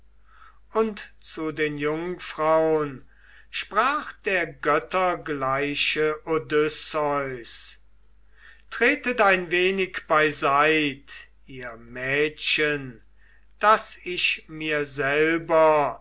und zu den jungfraun sprach der göttergleiche odysseus tretet ein wenig beiseit ihr mädchen daß ich mir selber